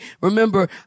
Remember